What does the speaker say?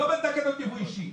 לא לגבי תקנות ייבוא אישי.